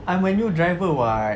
I'm a new driver [what]